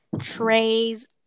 trays